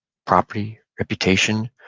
property, reputation,